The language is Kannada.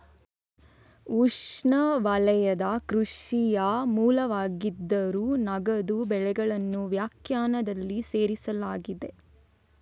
ಉಷ್ಣವಲಯದ ಕೃಷಿಯ ಮೂಲವಾಗಿದ್ದರೂ, ನಗದು ಬೆಳೆಗಳನ್ನು ವ್ಯಾಖ್ಯಾನದಲ್ಲಿ ಸೇರಿಸಲಾಗಿದೆ